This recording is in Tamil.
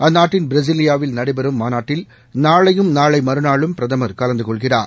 அந்நாட்டின் பிரேஸிலியாவில் நடைபெறும் மாநாட்டில் நாளையும் நாளை மறுநாளும் பிரதமர் கலந்து கொள்கிறார்